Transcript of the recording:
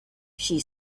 she